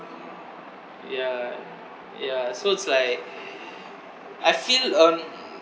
yeah yeah so it's like I feel on